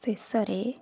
ଶେଷରେ